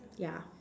yeah